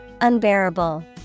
Unbearable